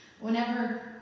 whenever